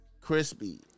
crispy